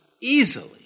easily